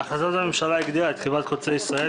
החלטת הממשלה הגדירה את חברת חוצה ישראל